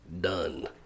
done